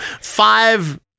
five